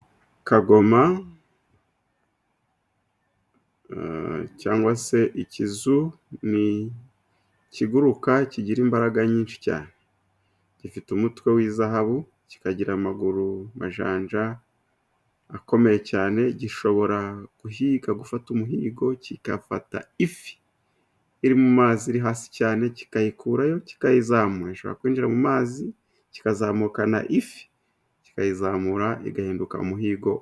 Kagoma cyangwa se ikizu ni ikiguruka kigira imbaraga nyinshi cyane gifite umutwe w'izahabu ,kikagira amaguru majanja akomeye cyane, gishobora guhiga gufata umuhigo kigafata ifi iri mu mazi, iri hasi cyane kikayikurayo kikayizamura. Gishobora kwinjira mu mazi kikazamukana ifi kikayizamura igahinduka umuhigo.